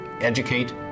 educate